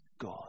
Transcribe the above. God